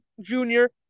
junior